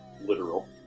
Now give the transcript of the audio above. literal